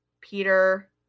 Peter